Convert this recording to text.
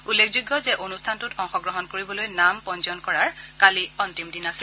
উল্লেখযোগ্য যে অনুষ্ঠানটোত অংশগ্ৰহণ কৰিবলৈ নাম পঞ্জীয়ন কৰা কলি অন্তিম দিন আছিল